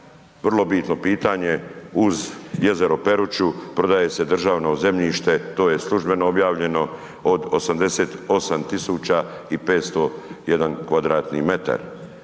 vrlo bitno pitanje uz jezero Peruču, prodaje se državno zemljište, to je službeno objavljeno od 88 501